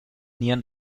nieren